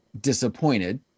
disappointed